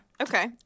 Okay